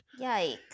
Yikes